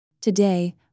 Today